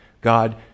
God